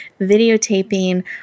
videotaping